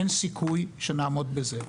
אין סיכוי שנעמוד בזה,